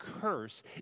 curse